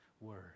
word